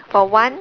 for one